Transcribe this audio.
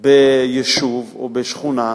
ביישוב או בשכונה,